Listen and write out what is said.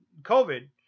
COVID